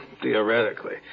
theoretically